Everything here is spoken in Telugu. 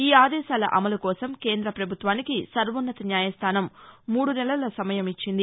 ఈ ఆదేశాల అమలుకోసం కేంద్ర పభుత్వానికి సర్వోన్నత న్యాయస్దానం మూడు నెలల సమయం ఇచ్చింది